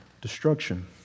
destruction